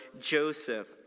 Joseph